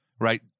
Right